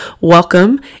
welcome